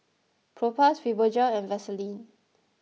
Propass Fibogel and Vaselin